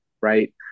right